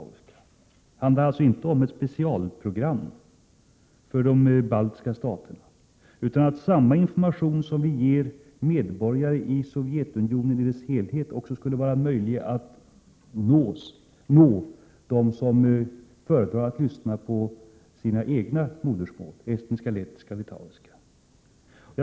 Det handlar alltså inte om ett specialprogram för de baltiska staterna utan om att samma information som vi ger medborgare i Sovjetunionen i dess helhet också skulle kunna ges till dem som föredrar att lyssna på sitt eget modersmål, estniska, lettiska eller litauiska.